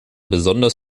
besonders